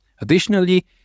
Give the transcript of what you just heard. Additionally